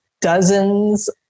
dozens